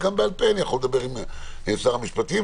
גם בעל-פה אני יכול לדבר עם שר המשפטים,